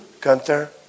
Gunther